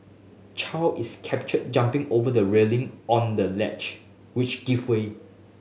Chow is captured jumping over the railing on the ledge which give way